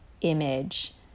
image